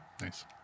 Nice